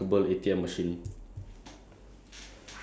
um okay like for example like your phone right